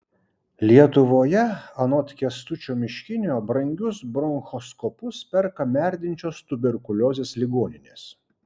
lietuvoje anot kęstučio miškinio brangius bronchoskopus perka merdinčios tuberkuliozės ligoninės